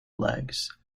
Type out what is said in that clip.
legs